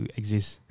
exist